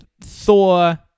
Thor